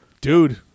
Dude